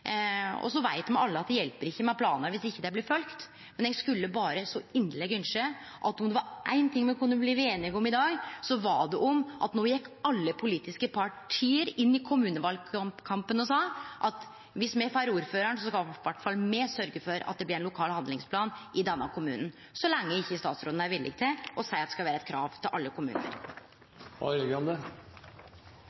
planar. Så veit me alle at det hjelper ikkje med planar dersom dei ikkje blir følgde opp. Men eg skulle berre så inderleg ynskje at om det var ein ting me kunne bli einige om i dag, var det at alle politiske parti gjekk inn i kommunevalkampen og sa: Dersom me får ordføraren, skal iallfall me sørgje for at det blir ein lokal handlingsplan i denne kommunen – så lenge ikkje statsråden er villig til å seie at det skal vere eit krav til alle kommunar.